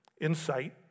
insight